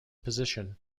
position